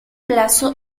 plazo